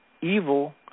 Evil